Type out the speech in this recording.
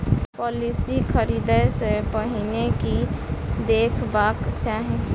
Policy खरीदै सँ पहिने की देखबाक चाहि?